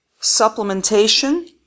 supplementation